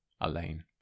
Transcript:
Elaine